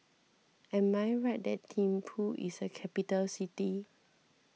am I right that Thimphu is a capital city